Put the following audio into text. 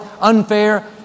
unfair